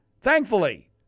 Thankfully